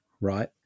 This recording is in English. right